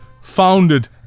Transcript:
founded